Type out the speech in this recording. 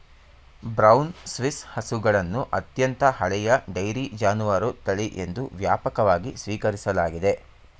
brown Swiss ಹಸುಗಳನ್ನು ಅತ್ಯಂತ ಹಳೆಯ ಡೈರಿ ಜಾನುವಾರು ತಳಿ ಎಂದು ವ್ಯಾಪಕವಾಗಿ ಸ್ವೀಕರಿಸಲಾಗಿದೆ